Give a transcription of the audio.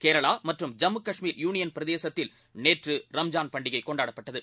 கேரளாமற்றும் Jammu Kashmir union பிரதேசத்தில் நேற்றுரம்ஜான் பண்டிகைகொண்டாடப்பட்டது